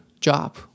job